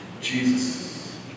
Jesus